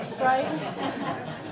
right